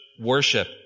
worship